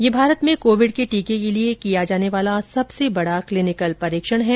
यह भारत में कोविड के टीके के लिए किया जाने वाला सबसे बड़ा क्लीनिकल परीक्षण है